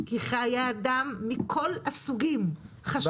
כי חיי אדם מכל הסוגים חשובים לך.